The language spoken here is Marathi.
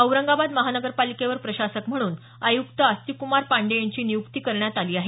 औरंगाबाद महानगरपालिकेवर प्रशासक म्हणूल आयुक्त आस्तिक्मार पांडेय यांची नियुक्ती करण्यात आली आहे